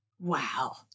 wow